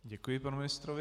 Děkuji panu ministrovi.